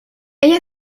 ella